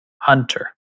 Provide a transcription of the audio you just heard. Hunter